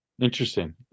Interesting